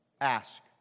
ask